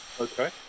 Okay